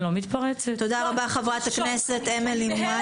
תודה רבה חברת הכנסת אמילי מואטי.